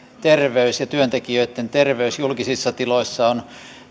terveys ja työntekijöitten terveys julkisissa tiloissa on